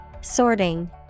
Sorting